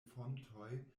fontoj